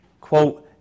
quote